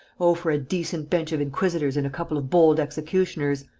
oh, for a decent bench of inquisitors and a couple of bold executioners.